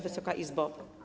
Wysoka Izbo!